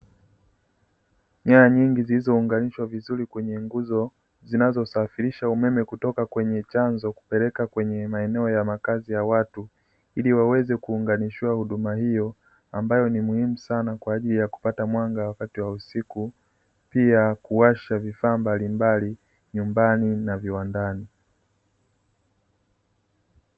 Nyaya nyingi zilizounganishwa vizuri kwenye nguzo, zinazosafirisha umeme kutoka kwenye chanzo kupeleka kwenye maeneo ya makazi ya watu, ili waweze kuunganishiwa na huduma hiyo ambayo ni muhimu sana kwa ajili ya kupata mwanga wakati wa usiku, pia kuwasha vifaa mbalimbali nyumbani na viwandani.